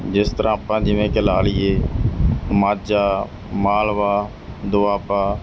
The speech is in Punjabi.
ਜਿਸ ਤਰ੍ਹਾਂ ਆਪਾਂ ਜਿਵੇਂ ਕਿ ਲਾ ਲਈਏ ਮਾਝਾ ਮਾਲਵਾ ਦੁਆਬਾ